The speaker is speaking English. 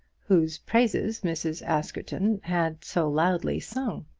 whose praises mrs. askerton had so loudly sung.